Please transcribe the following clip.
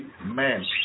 Amen